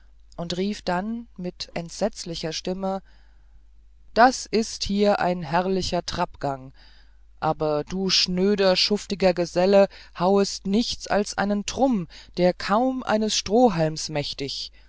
und rief dann mit entsetzlicher stimme das ist hier ein herrlicher trappgang aber du schnöder schuftiger geselle schauest nichts als einen trumm der kaum eines strohhalms mächtig